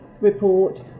report